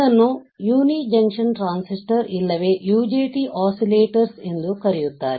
ಅದನ್ನು ಏಕ junction transistor ಇಲ್ಲವೇ UJT ಒಸ್ಸಿಲೇಟರ್ ಎಂದು ಕರೆಯುತ್ತಾರೆ